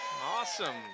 Awesome